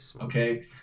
okay